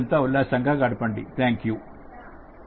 రోజంతా ఉల్లాసంగా గడపండి